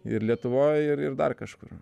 ir lietuvoj ir ir dar kažkur